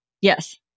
Yes